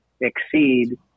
exceed